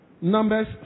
Numbers